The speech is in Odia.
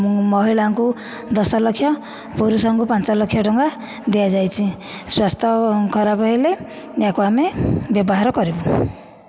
ମହିଳାଙ୍କୁ ଦଶଲକ୍ଷ ପୁରୁଷଙ୍କୁ ପାଞ୍ଚ ଲକ୍ଷ ଟଙ୍କା ଦିଆଯାଇଛି ସ୍ୱାସ୍ଥ୍ୟ ଖରାପ ହେଲେ ଏହାକୁ ଆମେ ବ୍ୟବହାର କରିବୁ